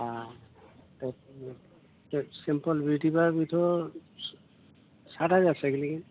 simple बिदिब्ला बेथ' सात हाजारसो गोग्लैगोन